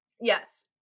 yes